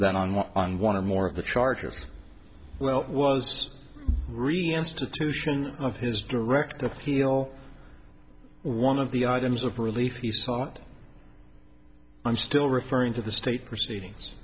t on one on one or more of the charges well was reinstitution of his direct appeal one of the items of relief he sought i'm still referring to the state proceedings